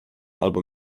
albo